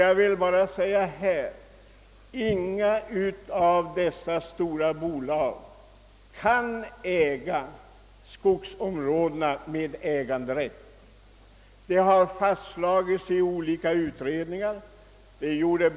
Inget av de stora bolagen i Norrland kan disponera över sina norrländska skogsområden med äganderätt. Detta har fastslagits i olika utredningar.